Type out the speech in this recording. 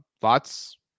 thoughts